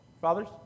fathers